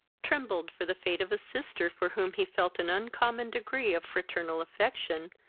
trembled for the fate of a sister for whom he felt an uncommon degree of fraternal affection,